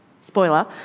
spoiler